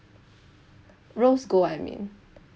rose gold I mean